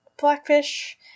Blackfish